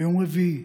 ביום רביעי,